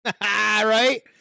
Right